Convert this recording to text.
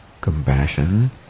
Compassion